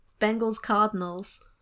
Bengals-Cardinals